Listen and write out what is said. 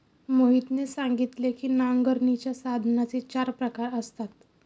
मोहितने सांगितले की नांगरणीच्या साधनांचे चार प्रकार असतात